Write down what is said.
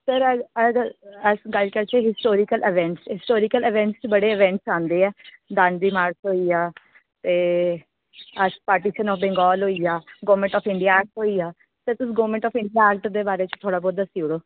sir अस गल्ल करचै हिस्टोरिकल इवेंट्स हिस्टोरिकल इवेंट्स च बड़े आंदे ऐ दांडी मार्च होई गेआ ते अस पार्टीशियन ऑफ बंगाल होई गेआ गौरमैंट ऑफ इंडिया ऐक्ट होई गेआ ते तुस गौरमेंट ऑफ इंडिया दे ऐक्ट दे बारे च थोह्ड़ा बोह्ता दस्सी ओड़ो